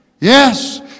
Yes